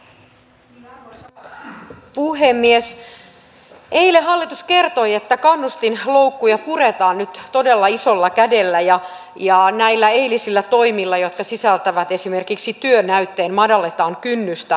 eilen hallitus kertoi että kannustinloukkuja puretaan nyt todella isolla kädellä ja näillä eilisillä toimilla jotka sisältävät esimerkiksi työnäytteen madalletaan kynnystä työhön pääsyyn